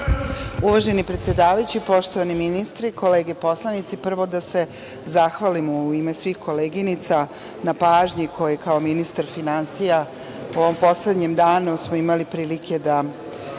Uvaženi predsedavajući, poštovani ministri, kolege poslanici, prvo da se zahvalim u ime svih koleginica na pažnji koju smo u ovom poslednjem danu imali prilike da